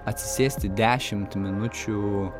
atsisėsti dešimt minučių